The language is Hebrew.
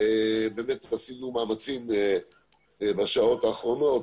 עשינו מאמצים בשעות האחרונות,